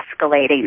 escalating